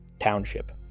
Township